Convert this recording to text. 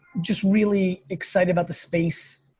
just really excited about the space,